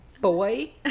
boy